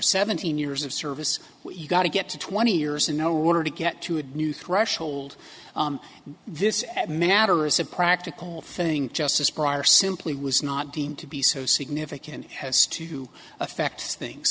seventeen years of service you've got to get to twenty years and no order to get to a new threshold this matter is a practical thing just as prior simply was not deemed to be so significant has to affect things